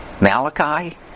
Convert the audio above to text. Malachi